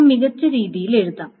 ഇവ മികച്ച രീതിയിൽ എഴുതാം